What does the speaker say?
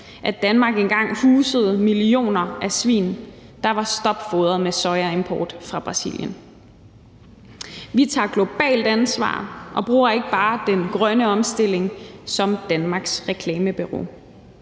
at Danmark engang husede millioner af svin, der var stopfodret med soya importeret fra Brasilien. Vi tager globalt ansvar og bruger ikke bare den grønne omstilling som Danmarks reklamebureau.